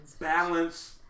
balance